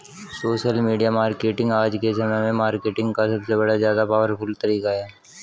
social media marketing आज के समय में मार्केटिंग का सबसे ज्यादा पॉवरफुल तरीका है